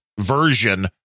version